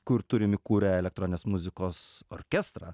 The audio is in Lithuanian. kur turim įkūrę elektroninės muzikos orkestrą